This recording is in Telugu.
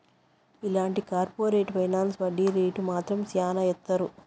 ఇలాంటి కార్పరేట్ ఫైనాన్స్ వడ్డీ రేటు మాత్రం శ్యానా ఏత్తారు